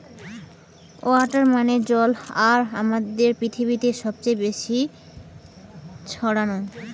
water মানে জল আর আমাদের পৃথিবীতে সবচে বেশি ছড়ানো